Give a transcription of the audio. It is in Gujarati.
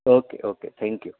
okay okay thank you